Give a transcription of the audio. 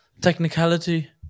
technicality